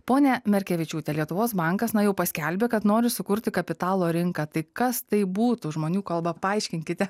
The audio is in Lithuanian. ponia merkevičiūte lietuvos bankas na jau paskelbė kad nori sukurti kapitalo rinką tai kas tai būtų žmonių kalba paaiškinkite